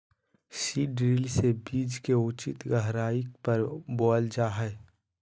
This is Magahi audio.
सीड ड्रिल से बीज के उचित गहराई पर बोअल जा हइ